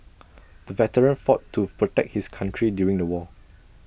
the veteran fought to protect his country during the war